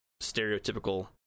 stereotypical